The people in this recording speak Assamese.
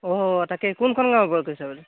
অঁ তাকে কোনখন গাঁৱৰ পৰা কৈছে আপুনি